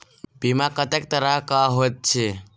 बीमा कत्तेक तरह कऽ होइत छी?